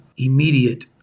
immediate